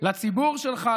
לציבור שלך,